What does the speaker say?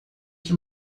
que